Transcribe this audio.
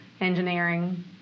engineering